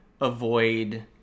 avoid